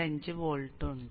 5 volt ഉണ്ട്